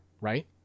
right